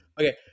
Okay